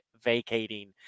vacating